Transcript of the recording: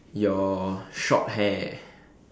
your short hair